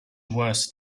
worse